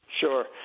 Sure